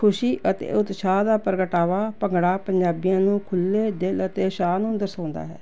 ਖੁਸ਼ੀ ਅਤੇ ਉਤਸ਼ਾਹ ਦਾ ਪ੍ਰਗਟਾਵਾ ਭੰਗੜਾ ਪੰਜਾਬੀਆਂ ਨੂੰ ਖੁੱਲ੍ਹੇ ਦਿਲ ਅਤੇ ਉਤਸ਼ਾਹ ਨੂੰ ਦਰਸਾਉਂਦਾ ਹੈ